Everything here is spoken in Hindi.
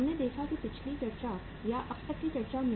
हमने देखा कि पिछली चर्चा या अब तक की चर्चा में